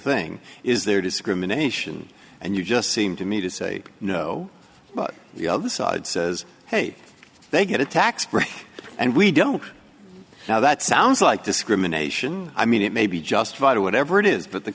thing is there discrimination and you just seem to me to say no but the other side says hey they get a tax break and we don't now that sounds like discrimination i mean it may be justified or whatever it is but the